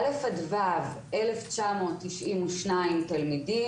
בא' עד ו' אלף תשע מאות תשעים ושניים תלמידים,